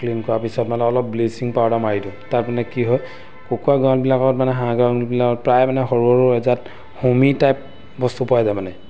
clean কৰাৰ পিছত মানে অলপ ব্লিচিং পাউডাৰ মাৰি দিওঁ তাৰমানে কি হয় কুকুৰা গড়ালবিলাকত মানে হাঁহ গড়ালবিলাকত প্ৰায় মানে সৰু সৰু এজাত হোমি টাইপ বস্তু পোৱা যায় মানে